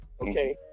Okay